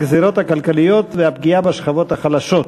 הגזירות הכלכליות והפגיעה בשכבות החלשות.